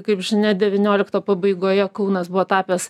kaip žinia devyniolikto pabaigoje kaunas buvo tapęs